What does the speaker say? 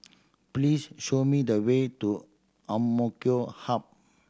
please show me the way to Hub